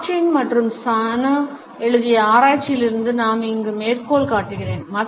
Martin மற்றும் சானே எழுதிய ஆராய்ச்சியிலிருந்து நான் இங்கு மேற்கோள் காட்டுகிறேன்